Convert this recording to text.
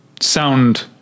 sound